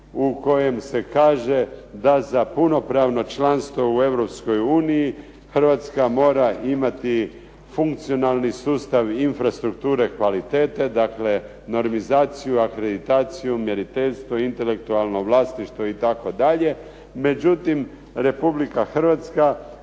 u kojem se kaže da za punopravno članstvo u Europskoj uniji Hrvatska mora imati funkcionalni sustav infrastrukture kvalitete, dakle normizaciju, akreditaciju, mjeriteljstvo, intelektualno vlasništvo, itd. Međutim Republika Hrvatska